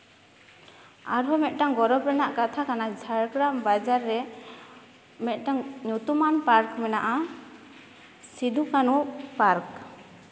ᱟᱨᱦᱚᱸ ᱢᱤᱫᱴᱟᱝ ᱜᱚᱨᱚᱵᱽ ᱨᱮᱱᱟᱜ ᱠᱟᱛᱷᱟ ᱠᱟᱱᱟ ᱡᱷᱟᱲᱜᱨᱟᱢ ᱵᱟᱡᱟᱨ ᱨᱮ ᱢᱤᱫᱴᱟᱝ ᱧᱩᱛᱩᱢᱟᱱ ᱯᱟᱨᱠ ᱢᱮᱱᱟᱜᱼᱟ ᱥᱤᱫᱩ ᱠᱟᱹᱱᱦᱩ ᱯᱟᱨᱠ